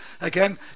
again